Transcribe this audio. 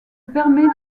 permet